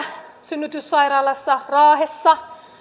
synnytyssairaalassa raahessa